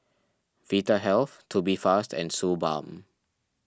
Vitahealth Tubifast and Suu Balm